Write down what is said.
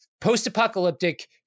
Post-apocalyptic